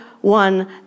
one